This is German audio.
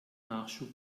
nachschub